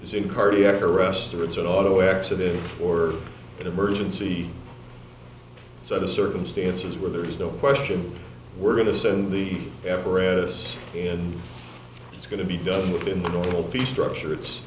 is in cardiac arrest or it's an auto accident or an emergency set of circumstances where there is no question we're going to send the apparatus and it's going to be done within the will be structure it's